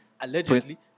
Allegedly